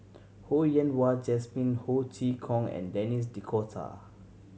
Ho Yen Wah Jesmine Ho Chee Kong and Denis D'Cotta